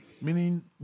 meaning